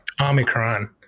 Omicron